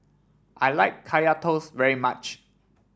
I like Kaya Toast very much